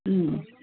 ಹ್ಞೂ